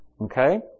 Okay